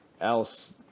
else